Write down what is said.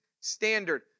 standard